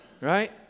Right